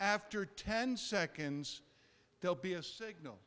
after ten seconds they'll be a signal